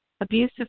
abusive